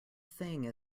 thing